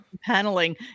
paneling